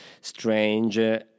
strange